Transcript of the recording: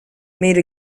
made